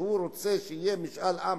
שהוא רוצה שיהיה משאל עם,